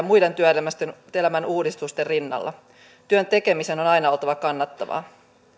muiden työelämän uudistusten rinnalla työn tekemisen on aina oltava kannattavaa